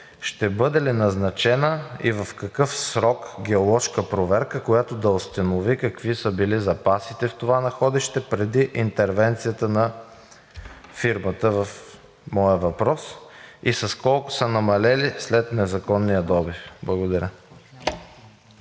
ще бъде ли назначена и в какъв срок геоложка проверка, която да установи какви са били запасите в това находище преди интервенцията на фирмата в моя въпрос и с колко са намалели след незаконния добив? Благодаря.